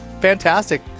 Fantastic